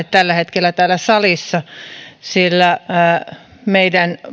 tällä hetkellä täällä salissa sillä meidän